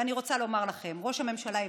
ואני רוצה לומר לכם, ראש הממשלה הבטיח,